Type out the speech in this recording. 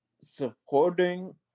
supporting